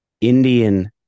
Indian